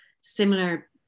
similar